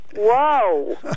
Whoa